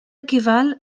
equival